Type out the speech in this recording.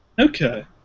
Okay